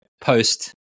post